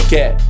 Get